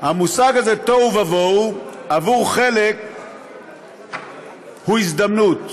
הוא הזדמנות.